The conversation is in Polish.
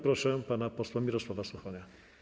Proszę pana posła Mirosława Suchonia.